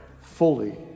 fully